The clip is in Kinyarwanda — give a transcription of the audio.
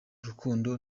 rukundo